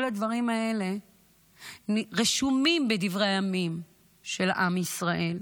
כל הדברים האלה רשומים בדברי הימים של עם ישראל.